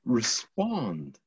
respond